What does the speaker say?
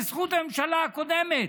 בזכות הממשלה הקודמת,